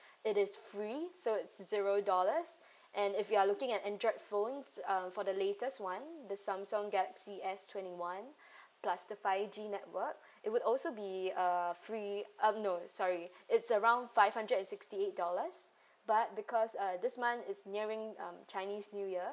it is free so it's zero dollars and if you're looking at Android phones uh for the latest [one] the Samsung galaxy S twenty one plus the five G network it would also be uh free uh no sorry it's around five hundred and sixty eight dollars but because uh this month is nearing um chinese new year